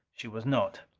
she was not.